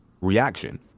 reaction